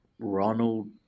Ronald